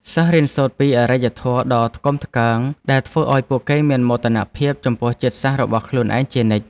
សិស្សរៀនសូត្រពីអរិយធម៌ដ៏ថ្កុំថ្កើងដែលធ្វើឱ្យពួកគេមានមោទនភាពចំពោះជាតិសាសន៍របស់ខ្លួនឯងជានិច្ច។